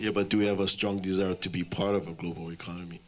here but do we have a strong desire to be part of a global economy